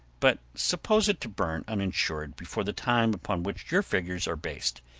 but suppose it to burn, uninsured, before the time upon which your figures are based.